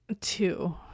Two